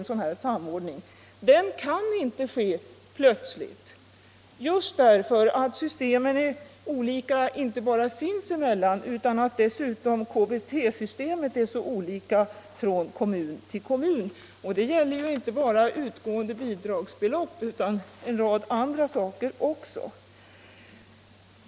Bostadsbidrag Den kan inte åstadkommas plötsligt just därför att systemen är olika sinsemellan och därför att KBT-systemet dessutom är så olika från kommun till kommun. Det gäller ju inte bara utgående bidragsbelopp utan också andra saker.